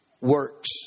works